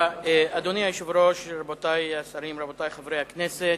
אדוני היושב-ראש, רבותי השרים, רבותי חברי הכנסת,